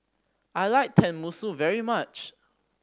I like Tenmusu very much